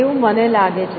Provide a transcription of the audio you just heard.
તેવું મને લાગે છે